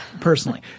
personally